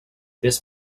this